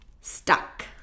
Stuck